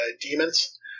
demons